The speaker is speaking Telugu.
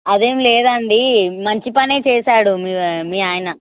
అది ఏమి లేదండి మంచి పని చేశాడు మీ మీ ఆయన